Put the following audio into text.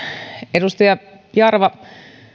edustaja jarva